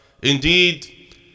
Indeed